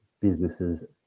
businesses